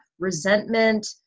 Resentment